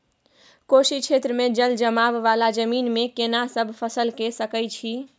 कोशी क्षेत्र मे जलजमाव वाला जमीन मे केना सब फसल के सकय छी?